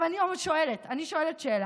אני שואלת שאלה: